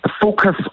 focus